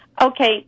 Okay